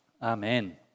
Amen